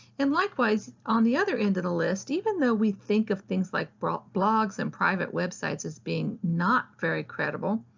and likewise on the other end of the list, even though we think of things like blogs and private websites as being not very credible,